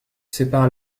sépare